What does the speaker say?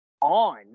on